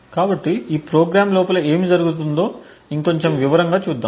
కాబట్టి ఈ ప్రోగ్రామ్ లోపల ఏమి జరుగుతుందో ఇంకొంచెం వివరంగా చూద్దాం